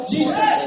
Jesus